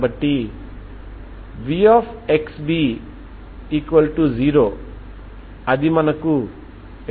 కాబట్టి అవి n మీద ఆధారపడి ఉన్నాయి కనుక మనం వాటిని nగా వ్రాయవచ్చు